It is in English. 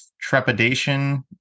trepidation